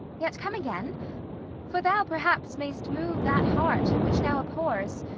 yet come again for thou perhaps mayst move that heart, which now abhors,